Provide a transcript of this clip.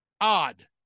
Odd